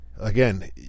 again